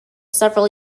several